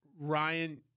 ryan